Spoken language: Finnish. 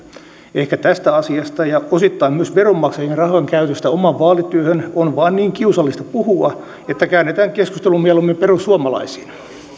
ehkä tästä asiasta ja osittain myös veronmaksajien rahojen käytöstä omaan vaalityöhön on vain niin kiusallista puhua että käännetään keskustelu mieluummin perussuomalaisiin sitten